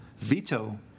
Veto